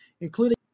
including